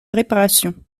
réparations